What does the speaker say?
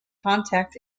contact